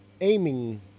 aiming